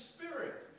Spirit